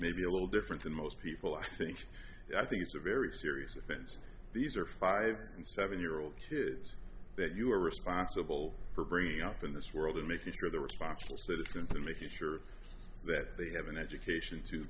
maybe a little different than most people i think i think it's a very serious offense and these are five and seven year old kids that you are responsible for bringing up in this world and making sure they're responsible citizens and making sure that they have an education to